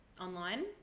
online